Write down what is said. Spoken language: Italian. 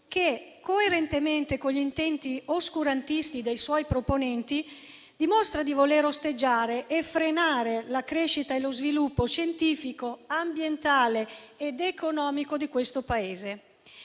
che, coerentemente con gli intenti oscurantisti dei suoi proponenti, dimostra di voler osteggiare e frenare la crescita e lo sviluppo scientifico, ambientale ed economico del Paese.